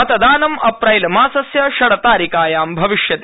मतदानम् अप्रैलमासस्य षड्तारिकायां भविष्यति